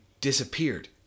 disappeared